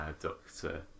Doctor